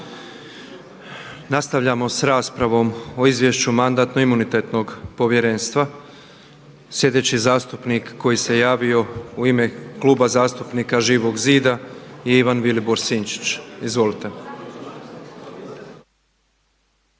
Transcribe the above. Nastavljamo s raspravom o Izvješću Mandatno-imunitetnog povjerenstva. Slijedeći zastupnik koji se javio u ime Kluba zastupnika Živog zida je Ivan Vilibor Sinčić. Izvolite!